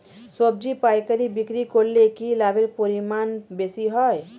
সবজি পাইকারি বিক্রি করলে কি লাভের পরিমাণ বেশি হয়?